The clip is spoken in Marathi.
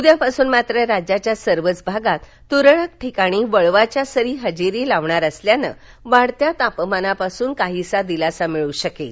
उद्यापासून मात्र राज्याच्या सर्वच भागात तुरळक ठिकाणी वळवाच्या सरी हजेरी लावणार असल्यानं वाढत्या तापमानापासुन काहीसा दिलासा मिळू शकेल